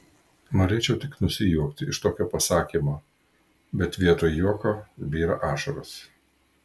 norėčiau tik nusijuokti iš tokio pasakymo bet vietoj juoko byra ašaros